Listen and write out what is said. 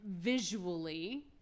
visually